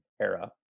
era